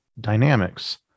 dynamics